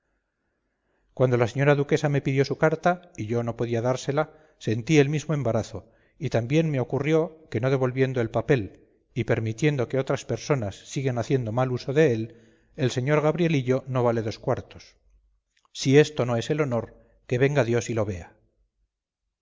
cuando la señora duquesa me pidió su carta y yo no podía dársela sentí el mismo embarazo y también me ocurrió que no devolviendo el papel y permitiendo que otras personas sigan haciendo mal uso de él el sr gabrielillo no vale dos cuartos si esto no es el honor que venga dios y lo vea